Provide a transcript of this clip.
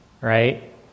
right